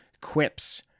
quips